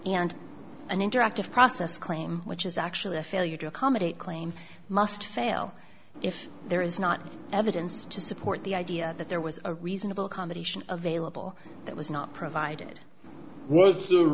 and an interactive process claim which is actually a failure to accommodate claims must fail if there is not evidence to support the idea that there was a reasonable accommodation available that was not provided